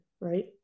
right